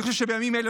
אני חושב שבימים אלה,